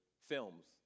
films